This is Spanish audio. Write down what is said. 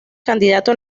candidato